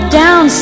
down